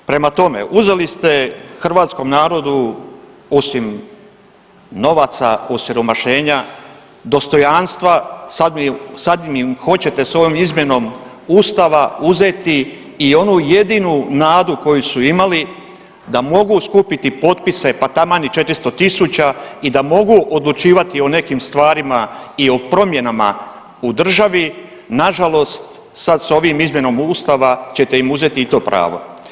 Prema tome, uzeli ste hrvatskom narodu osim novaca, osiromašenja, dostojanstva, sad im, sad im hoćete s ovom izmjenom ustava uzeti i onu jedinu nadu koju su imali da mogu skupiti potpise, pa taman i 400 tisuća i da mogu odlučivati o nekim stvarima i o promjenama u državi nažalost sad s ovim izmjenom ustava ćete im uzet i to pravo.